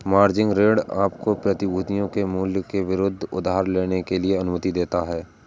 margin ऋण आपको प्रतिभूतियों के मूल्य के विरुद्ध उधार लेने की अनुमति देता है